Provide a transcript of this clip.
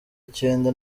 icyenda